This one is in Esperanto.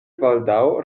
baldaŭ